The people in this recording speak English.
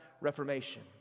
reformation